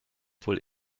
wohl